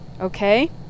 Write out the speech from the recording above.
okay